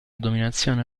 dominazione